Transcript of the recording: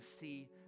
see